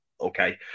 okay